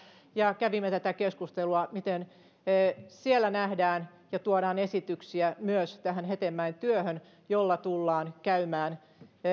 ja kävimme tätä keskustelua miten siellä nähdään ja tuodaan esityksiä myös tähän hetemäen työhön jolla tullaan